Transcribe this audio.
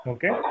Okay